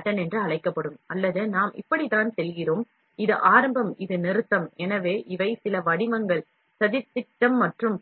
பாம்பு pattern அல்லது நாம் இப்படித்தான் செல்கிறோம் இது ஆரம்பம் இது நிறுத்தம் எனவே இவை சில வடிவங்கள்